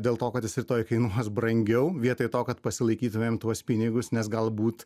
dėl to kad jis rytoj kainuos brangiau vietoj to kad pasilaikytumėme tuos pinigus nes galbūt